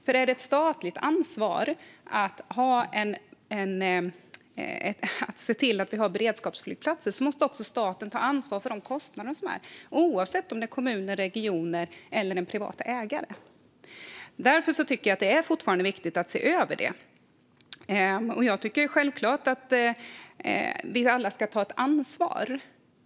Om det är ett statligt ansvar att se till att vi har beredskapsflygplatser måste staten också ta ansvar för de kostnader som uppstår, oavsett om det är för kommuner och regioner eller en privat ägare. Därför tycker jag att det fortfarande är viktigt att se över det, och jag tycker att det är självklart att vi alla ska ta ansvar.